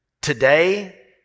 Today